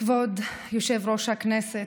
כבוד יושב-ראש הכנסת,